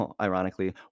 ironically